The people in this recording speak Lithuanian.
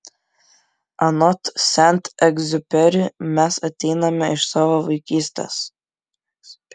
anot sent egziuperi mes ateiname iš savo vaikystės